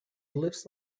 glyphs